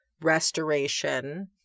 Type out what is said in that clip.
restoration